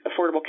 Affordable